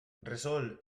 resol